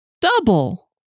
Double